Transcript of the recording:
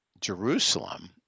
Jerusalem